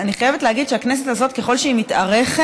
אני חייבת להגיד שהכנסת הזאת, ככל שהיא מתארכת,